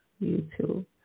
YouTube